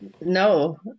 No